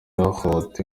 yahohotewe